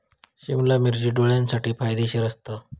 सिमला मिर्ची डोळ्यांसाठी फायदेशीर असता